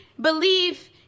believe